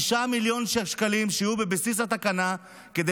5 מיליון שקלים שיהיו בבסיס התקנה כדי